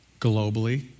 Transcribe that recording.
globally